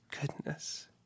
goodness